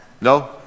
No